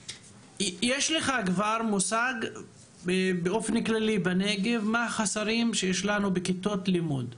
יש לך כבר מושג באופן כללי מה החוסרים שיש לנו בכיתות לימוד בנגב?